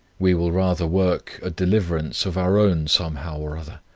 we will rather work a deliverance of our own somehow or other,